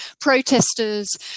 protesters